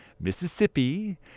Mississippi